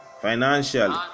financially